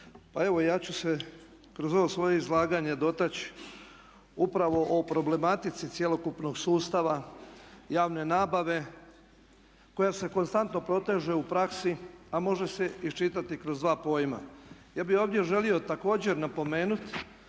Pa evo ja ću se kroz ovo svoje izlaganje dotaći upravo o problematici cjelokupnog sustava javne nabave koja se konstantno proteže u praksi a može se iščitati kroz dva pojma. Ja bih ovdje želio također napomenuti